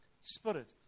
Spirit